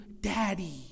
Daddy